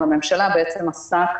לכלל